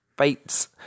Fights